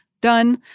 done